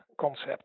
concept